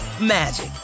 magic